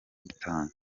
gutanga